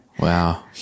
Wow